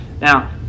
Now